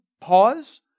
pause